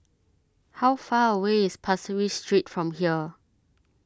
how far away is Pasir Ris Street from here